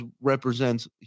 represents